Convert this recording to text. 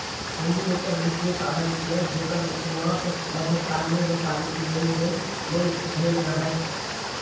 हुंडी एकटा वित्तीय साधन छियै, जेकर शुरुआत मध्यकाल मे व्यापारिक लेनदेन लेल भेल रहै